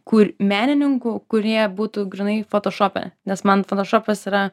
kur menininkų kurie būtų grynai fotošope nes man fotošopas yra